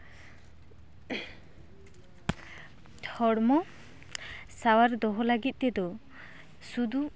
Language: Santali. ᱦᱚᱲᱢᱚ ᱥᱟᱶᱟᱨ ᱫᱚᱦᱚ ᱞᱟᱹᱜᱤᱫ ᱛᱮᱫᱚ ᱥᱩᱫᱩ